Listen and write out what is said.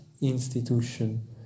institution